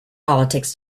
politics